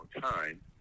time